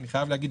אני חייב להגיד.